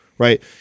right